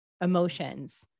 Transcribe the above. emotions